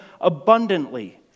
abundantly